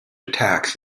attacks